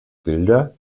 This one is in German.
bilder